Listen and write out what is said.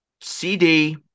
CD